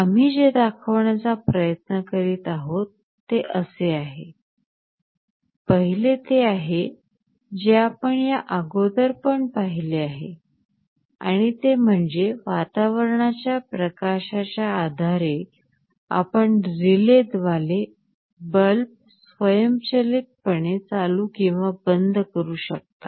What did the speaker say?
आम्ही जे दाखवायचा प्रयत्न करीत आहोत ते असे आहे पहिले ते आहे जे आपण या अगोदर पण पहिले आहे आणि ते म्हणजे वातावरणाच्या प्रकाशाच्या आधारे आपण रिलेद्वारे बल्ब स्वयंचलित पणे चालू किंवा बंद करू शकता